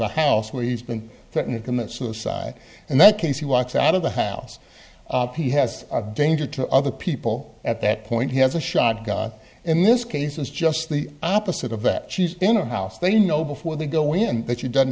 the house where he's been threatening to commit suicide and that casey walks out of the house he has a danger to other people at that point he has a shotgun and this case is just the opposite of that she's in a house they know before they go in that she doesn't